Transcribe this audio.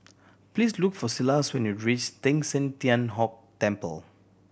please look for Silas when you reach Teng San Tian Hock Temple